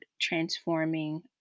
transforming